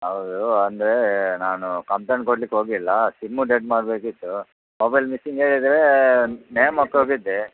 ಹೌದು ಅಂದ್ರೆ ನಾನು ಕಂಪ್ಲೇಂಟ್ ಕೊಡ್ಲಿಕ್ಕೆ ಹೋಗಲಿಲ್ಲ ಸಿಮ್ಮು ಡೆಡ್ ಮಾಡಬೇಕಿತ್ತು ಮೊಬೈಲ್ ಮಿಸ್ಸಿಂಗ್ ಆಗಿದೆ ನೇಮ್ ಮರ್ತೋಗಿದ್ದೆ